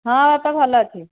ହଁ ବାପା ଭଲ ଅଛି